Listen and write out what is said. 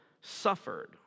suffered